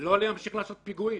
לא להמשיך לעשות פיגועים.